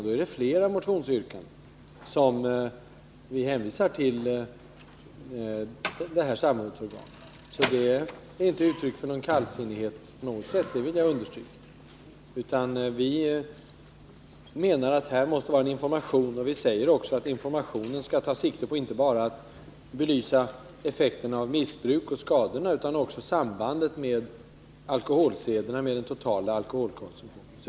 Det är flera motionsyrkanden som vi hänvisar till det samordningsorganet. Det är inte på något sätt uttryck för kallsinnighet — det vill jag understryka. Vi menar att det mäste ges information. Vi säger också att informationen skall ta sikte på att belysa inte bara effekterna av missbruk utan också sambandet mellan skadorna och alkoholsederna, den totala alkoholkonsumtionen.